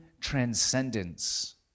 transcendence